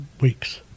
weeks